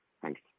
Thanks